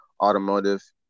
automotive